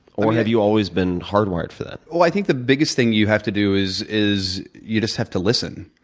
or have you always been hardwired for that? i think the biggest thing you have to do is is you just have to listen.